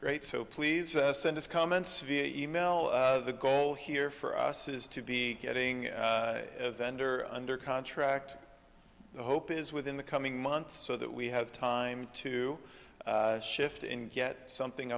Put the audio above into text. great so please send us comments via email the goal here for us is to be getting a vendor under contract the hope is within the coming months so that we have time to shift in get something